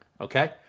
okay